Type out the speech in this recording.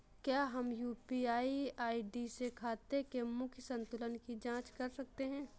क्या हम UPI ID से खाते के मूख्य संतुलन की जाँच कर सकते हैं?